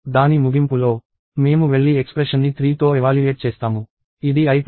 దాని ముగింపులో మేము వెళ్లి ఎక్స్ప్రెషన్ని 3తో ఎవాల్యుయేట్ చేస్తాము ఇది i ప్లస్ ప్లస్